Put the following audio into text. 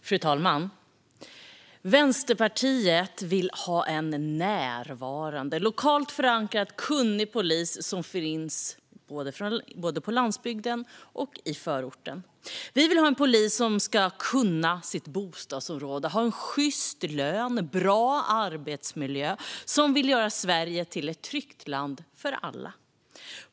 Fru talman! Vänsterpartiet vill ha en närvarande, lokalt förankrad och kunnig polis som finns både på landsbygden och i förorten. Vi vill ha en polis som kan sitt bostadsområde, har en sjyst lön och en bra arbetsmiljö och som vill göra Sverige till ett tryggt land för alla.